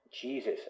Jesus